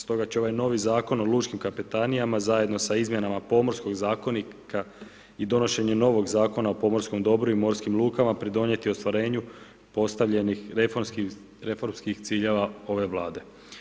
Stoga će ovaj novi Zakon o lučkim kapetanijama zajedno sa izmjenama pomorskog zakonika i donošenje novog Zakona o pomorskom dobru i morskim lukama, pridonijeti ostvarenju postavljenih reformskih ciljeva ove Vlade.